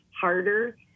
harder